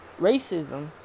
Racism